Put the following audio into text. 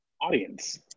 audience